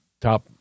top